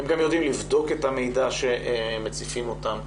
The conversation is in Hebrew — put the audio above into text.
הם גם יודעים לבדוק את המידע שמציפים אותם.